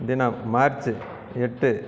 தினம் மார்ச்சி எட்டு